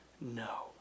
No